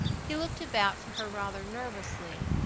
he looked about for her rather nervously,